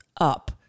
up